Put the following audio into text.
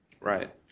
right